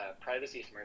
privacy